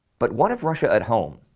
but what of russia at home?